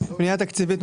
אחד שסירבתי.